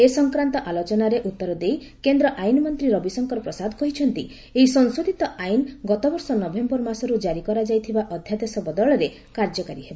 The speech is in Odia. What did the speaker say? ଏ ସଂକ୍ରାନ୍ତ ଆଲୋଚନାରେ ଉତ୍ତର ଦେଇ କେନ୍ଦ୍ର ଆଇନ ମନ୍ତ୍ରୀ ରବିଶଙ୍କର ପ୍ରସାଦ କହିଛନ୍ତି ଏହି ସଂଶୋଧିତ ଆଇନ ଗତବର୍ଷ ନଭେୟର ମାସରୁ କାରି କରାଯାଇଥିବା ଅଧ୍ୟାଦେଶ ବଦଳରେ କାର୍ଯ୍ୟକାରୀ ହେବ